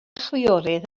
chwiorydd